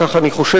כך אני חושש,